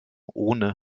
ohne